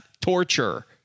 torture